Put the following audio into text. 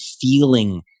feeling